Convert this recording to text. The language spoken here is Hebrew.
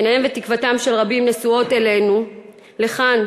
עיניהם ותקוותם של רבים נשואות אלינו לכאן,